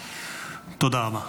המנוחים.) תודה רבה.